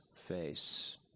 face